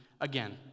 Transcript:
again